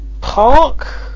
Park